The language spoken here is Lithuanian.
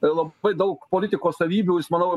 labai daug politiko savybių jis manau